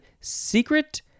secret